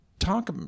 Talk